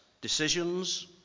Decisions